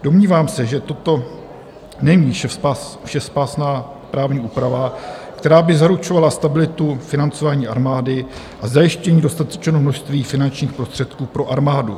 Domnívám se, že toto není všespásná právní úprava, která by zaručovala stabilitu financování armády a zajištění dostatečného množství finančních prostředků pro armádu.